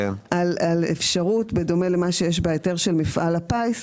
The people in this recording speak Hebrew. על אפשרות בדומה למה שיש בהיתר של מפעל הפיס,